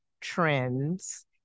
trends